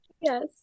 yes